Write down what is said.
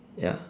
ya